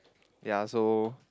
ya so